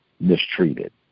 mistreated